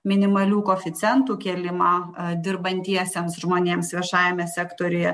minimalių koeficientų kėlimą dirbantiesiems žmonėms viešajame sektoriuje